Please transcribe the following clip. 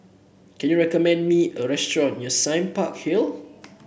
can you recommend me a restaurant near Sime Park Hill